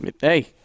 Hey